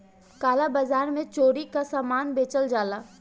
काला बाजार में चोरी कअ सामान बेचल जाला